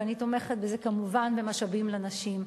ואני תומכת במשאבים לנשים.